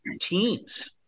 teams